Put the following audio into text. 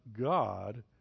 God